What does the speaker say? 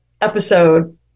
episode